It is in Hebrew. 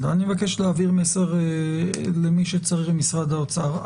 אני מבקש להעביר מסר למי שצריך במשרד האוצר.